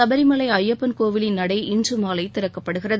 சபரிமலை ஐயப்பன் கோவிலின் நடை இன்று மாலை திறக்கப்படுகிறது